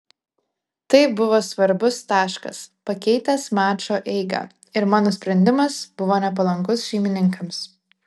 tai buvo svarbus taškas pakeitęs mačo eigą ir mano sprendimas buvo nepalankus šeimininkams